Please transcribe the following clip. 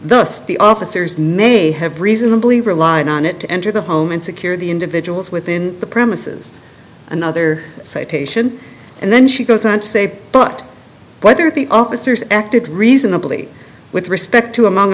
the officers may have reasonably relied on it to enter the home and secure the individuals within the premises another citation and then she goes on to say but whether the officers acted reasonably with respect to among